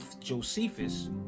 Josephus